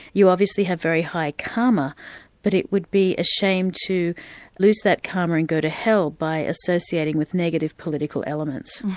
you obviously have very high karma but it would be a shame to lose that karma and go to hell by associating with negative political elements.